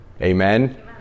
Amen